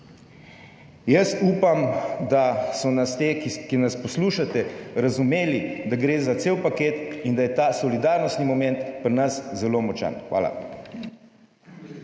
Upam, da ste nas ti, ki nas poslušate, razumeli, da gre za cel paket in da je ta solidarnostni moment pri nas zelo močan. Hvala.